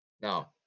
now